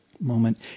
moment